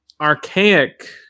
Archaic